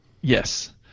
yes